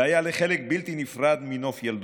והיה לו חלק בלתי נפרד מנוף ילדותי.